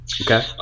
Okay